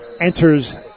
enters